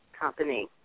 company